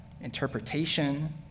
interpretation